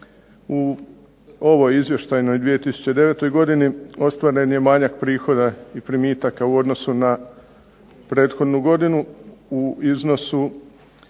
U ovoj izvještajnoj 2009. godini ostvaren je manjak prihoda i primitaka u odnosu na prethodnu godinu, u iznosu